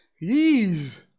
Yeez